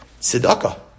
Tzedakah